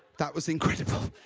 that was incredible.